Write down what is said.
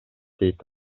дейт